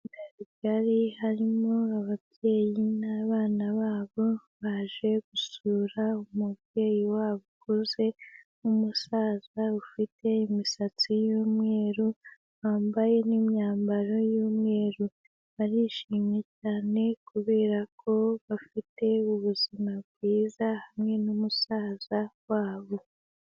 Harimo ababyeyi nabana babo, baje gusura umubyeyi wabo Ukuze, numusaza ufite imisatsi yumweru, bambaye n'imyambaro yumweru barishimye cyane, kubera ko bafite ubuzima bwiza hamwe musaza wabo.